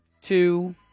two